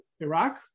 Iraq